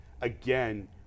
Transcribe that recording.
again